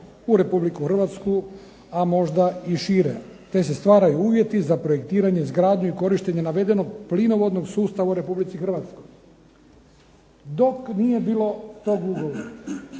u Republiku Hrvatsku a možda i šire, te stvaraju uvjete za projektiranje, izgradnju i korištenje navedenog plinovodnog sustava u Republici Hrvatskoj. Dok nije bilo tog ugovora,